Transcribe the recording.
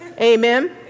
Amen